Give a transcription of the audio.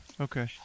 Okay